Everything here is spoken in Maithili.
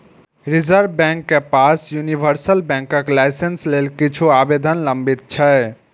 रिजर्व बैंक के पास यूनिवर्सल बैंकक लाइसेंस लेल किछु आवेदन लंबित छै